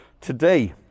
today